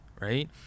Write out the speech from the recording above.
right